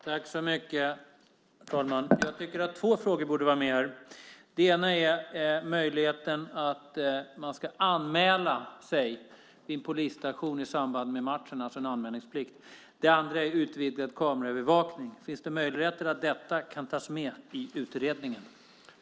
Herr talman! Jag tycker att två frågor borde vara med här. Den ena frågan gäller möjligheten att man ska anmäla sig vid en polisstation i samband med en match - alltså en anmälningsplikt. Den andra frågan gäller utvidgad kameraövervakning. Finns det möjligheter att ta med detta i utredningen?